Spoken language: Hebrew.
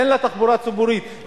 אין לה תחבורה ציבורית.